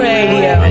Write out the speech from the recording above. Radio